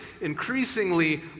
increasingly